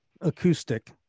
acoustic